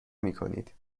میکنید